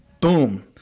Boom